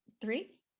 three